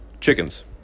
chickens